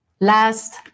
last